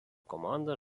komanda